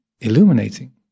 illuminating